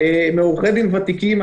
מעורכי דין ותיקים.